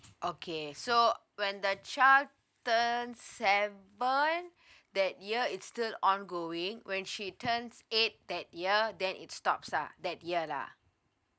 okay so when the child turn seven that year is still ongoing when she turns eight that year then it stops ah that year lah